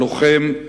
הלוחם,